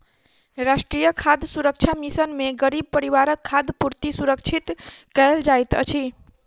राष्ट्रीय खाद्य सुरक्षा मिशन में गरीब परिवारक खाद्य पूर्ति सुरक्षित कयल जाइत अछि